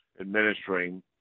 administering